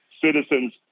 citizens